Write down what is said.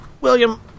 William